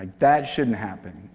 like that shouldn't happen.